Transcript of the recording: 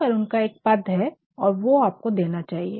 पर उनका एक पद है और वो देना चाहिए